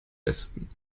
besten